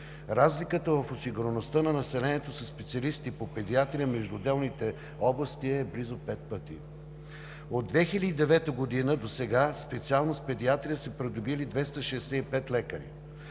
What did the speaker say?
Разликата в осигуреността на населението със специалисти по педиатрия между отделните области е близо пет пъти. От 2009 г. досега специалност „Педиатрия“ са придобили 265 лекари.